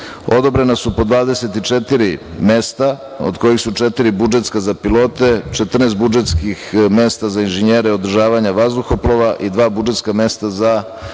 letenja. Odobrena su po 24 mesta, od kojih su četiri budžetska za pilote, 14 budžetskih mesta za inženjere, održavanje vazduhoplova i dva budžetska mesta za kontrolore